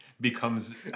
becomes